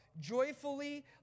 joyfully